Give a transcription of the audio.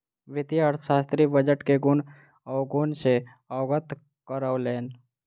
वित्तीय अर्थशास्त्री बजट के गुण अवगुण सॅ अवगत करौलैन